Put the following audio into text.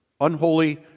Unholy